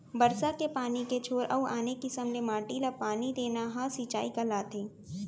बरसा के पानी के छोर अउ आने किसम ले माटी ल पानी देना ह सिंचई कहलाथे